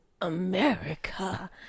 America